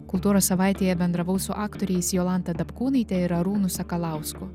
kultūros savaitėje bendravau su aktoriais jolanta dapkūnaite ir arūnu sakalausku